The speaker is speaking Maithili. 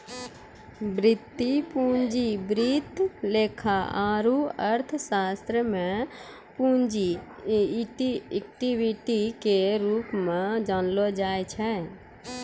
वित्तीय पूंजी वित्त लेखा आरू अर्थशास्त्र मे पूंजी इक्विटी के रूप मे जानलो जाय छै